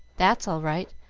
that's all right,